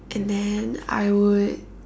and then I would